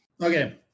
Okay